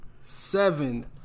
seven